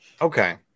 Okay